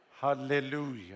Hallelujah